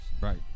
Right